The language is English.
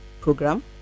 program